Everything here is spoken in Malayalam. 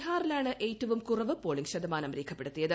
ബീഹാറിലാണ് ഏറ്റവും കുറവ് പോളിംഗ് ശതമാനം രേഖപ്പെടുത്തിയത്